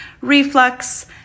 reflux